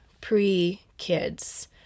pre-kids